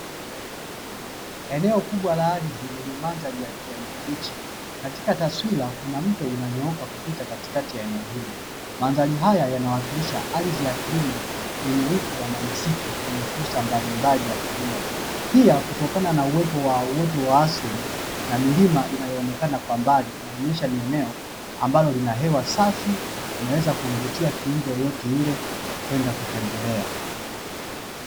Eneo kubwa la ardhi lenye mandhari ya kijani kibichi katika taswira kuna mto unanyooka kupita katikati ya eneo hilo, mandhari haya yanawakilisha ardhi ya kilimo yenye rutuba na msitu yenye fursa mbalimbali ya kilimo, pia kutokana na uwepo wa uoto wa asili na milima inayoonekana kwa mbali inaonyesha ni eneo ambalo lina hewa safi inaweza kumvutia kiumbe yoyote yule kwenda kutembelea.